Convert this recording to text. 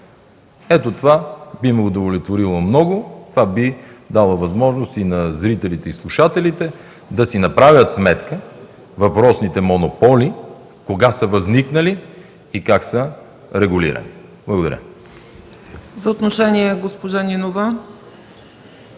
Ето това би ме удовлетворило много. Това би дало възможност и на зрителите, и на слушателите, да си направят сметка въпросните монополи кога са възникнали и как са регулирани. Благодаря. ПРЕДСЕДАТЕЛ ЦЕЦКА ЦАЧЕВА: